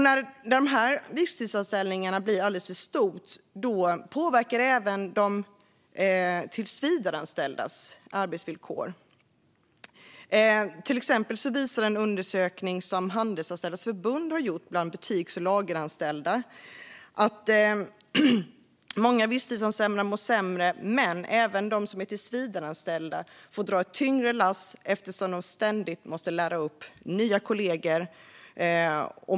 När antalet visstidsanställningar blir för stort påverkar det även de tillsvidareanställdas arbetsvillkor. Till exempel visar en undersökning som Handelsanställdas förbund har gjort bland butiks och lageranställda att många visstidsanställda mår sämre, men även de som är tillsvidareanställda får dra ett tyngre lass eftersom de ständigt måste lära upp nya kollegor.